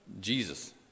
Jesus